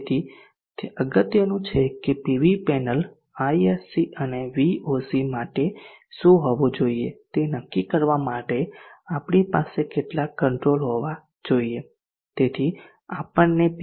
તેથી તે અગત્યનું છે કે પીવી પેનલ ISC અને VOC માટે શું હોવું જોઈએ તે નક્કી કરવા માટે આપણી પાસે કેટલાક કંટ્રોલ હોવા જોઈએ તેથી આપણને પી